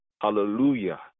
Hallelujah